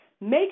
make